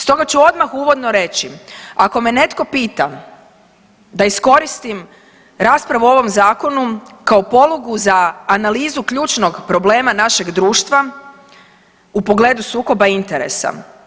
Stoga ću odmah uvodno reći, ako me netko pita, da iskoristim raspravu o ovom zakonu kao polugu za analizu ključnog problema našeg društva, u pogledu sukoba interesa.